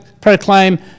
proclaim